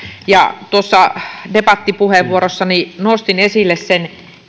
debattipuheenvuorossani nostin esille sen